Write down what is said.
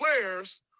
players